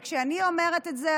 וכשאני אומרת את זה,